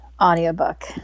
audiobook